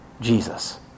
Jesus